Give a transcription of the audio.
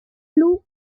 flew